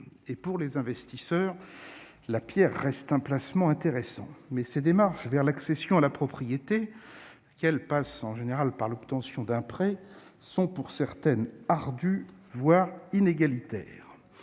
Pour les investisseurs, la pierre reste un placement intéressant. Ces démarches vers l'accession à la propriété, qui passent en général par l'obtention d'un prêt, sont, pour certains, ardues et inégalitaires.